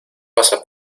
pasa